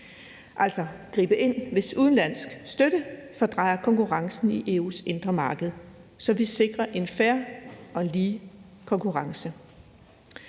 altså gribe ind, hvis udenlandsk støtte fordrejer konkurrencen i EU's indre marked, så vi sikrer en fair og lige konkurrence.